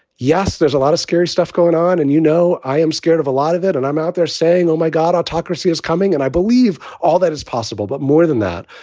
yes, there's a lot of scary stuff going on. and, you know, i am scared of a lot of it. and i'm out there saying, oh, my god, autocracy is coming. and i believe all that is possible. but more than that,